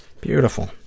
Beautiful